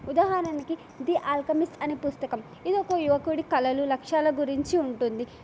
ఉదాహరణనికి the Alchemist అనే పుస్తకం ఇదోక యువకుడి కలలు లక్ష్యాల గురించి ఉంటుంది